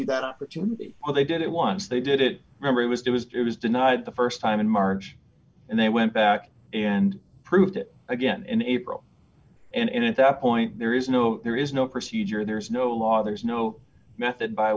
you that opportunity but they did it once they did it every was there was it was denied the st time in march and they went back and proved it again in april and at that point there is no there is no procedure there's no law there's no method by